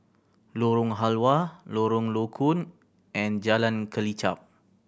Lorong Halwa Lorong Low Koon and Jalan Kelichap